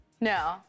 No